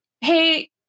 hey